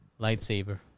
lightsaber